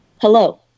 Hello